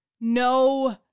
no